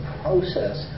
process